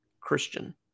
Christian